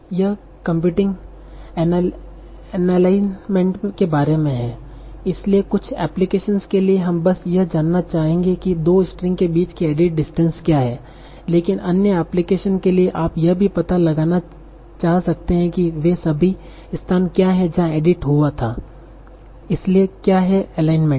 यह कंप्यूटिंग एलाइनमेंटसके बारे में है इसलिए कुछ एप्लिकेशन के लिए हम बस यह जानना चाहते हैं कि दो स्ट्रिंग के बीच की एडिट डिस्टेंस क्या है लेकिन अन्य एप्लिकेशन के लिए आप यह भी पता लगाना चाह सकते हैं कि वे सभी स्थान क्या हैं जहाँ एडिट हुआ था इसलिए क्या है एलाइनमेंटस